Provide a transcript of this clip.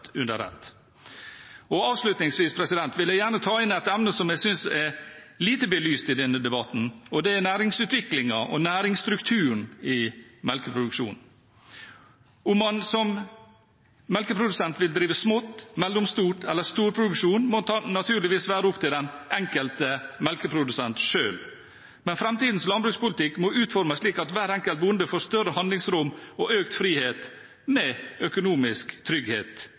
under ett. Avslutningsvis vil jeg gjerne ta opp et emne som jeg synes er lite belyst i denne debatten, og det er næringsutviklingen og næringsstrukturen i melkeproduksjonen. Om man som melkeprodusent vil drive smått, mellomstort eller storproduksjon, må naturligvis være opp til den enkelte melkeprodusent selv. Men framtidens landbrukspolitikk må utformes slik at hver enkelt bonde får større handlingsrom og økt frihet med økonomisk trygghet